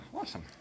awesome